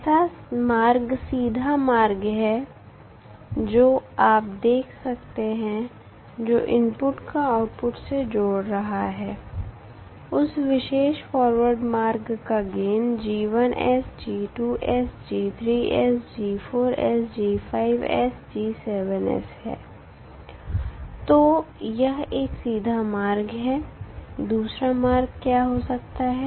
ऐसा मार्ग सीधा मार्ग है जो आप देख सकते हैं जो इनपुट को आउटपुट से जोड़ रहा है उस विशेष फॉरवर्ड मार्ग का गेन 𝐺1𝑠𝐺2𝑠𝐺3𝑠𝐺4𝑠𝐺5𝑠𝐺7𝑠 है तो यह एक सीधा मार्ग है दूसरा मार्ग क्या हो सकता है